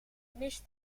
mist